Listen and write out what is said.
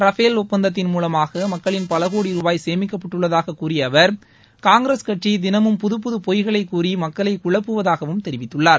Rafale ஆப்பந்தத்தின் மூலமாக மக்களின் பலகோடி ரூபாய் சேமிக்கப்பட்டுள்ளதாக கூறிய அவர் காங்கிரஸ் கட்சி தினமும் புதப்புது பொய்களை கூறி மக்களை குழப்புவதாகவும் தெரிவித்துள்ளார்